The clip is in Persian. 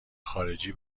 خارجی